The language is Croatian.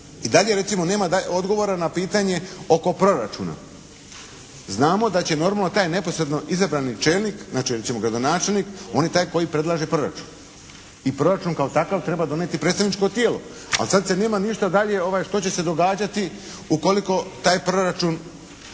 I dalje recimo nema odgovora na pitanje oko proračuna. Znamo da će normalno taj neposredno izabrani čelnik, znači recimo gradonačelnik on je taj koji predlaže proračun. I proračun kao takav treba donijeti predstavničko tijelo. Ali sad se nema ništa dalje što će se događati ukoliko taj proračun ne